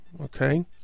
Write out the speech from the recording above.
Okay